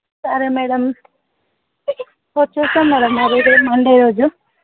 సరే మ్యాడం వచ్చేస్తాం మ్యాడమ్ అదదే మండే రోజు